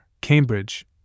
Cambridge